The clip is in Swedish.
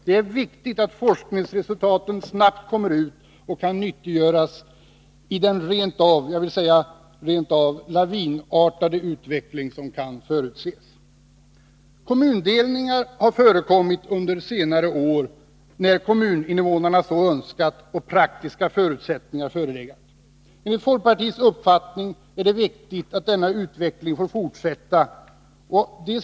Det är viktigt att forskningsresultaten snabbt kommer ut och kan nyttiggöras i den låt mig säga rent av lavinartade utveckling som kan förutses. Kommundelningar har förekommit under senare år när kommuninvånarna så önskat och praktiska förutsättningar förelegat. Enligt folkpartiets uppfattning är det viktigt att denna utveckling får fortsätta.